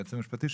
היועץ המשפטי,